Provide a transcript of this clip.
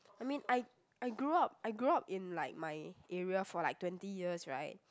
I mean I I grew up I grew up in like my area for like twenty years right